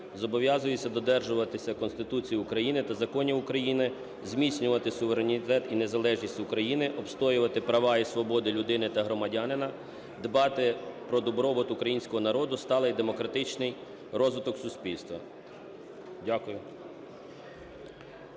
Зобов'язуюся додержуватися Конституції України та законів України, зміцнювати суверенітет і незалежність України, обстоювати права і свободи людини та громадянина, дбати про добробут Українського народу, сталий і демократичний розвиток суспільства. Дякую.